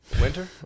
Winter